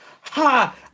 Ha